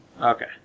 Okay